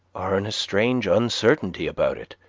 are in a strange uncertainty about it,